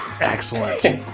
Excellent